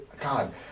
God